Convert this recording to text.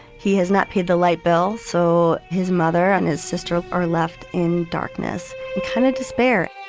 he has not paid the light bill, so his mother and his sister ah are left in darkness and kind of despair